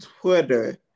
Twitter